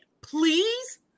please